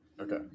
Okay